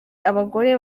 abagore